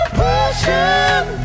pushing